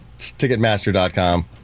Ticketmaster.com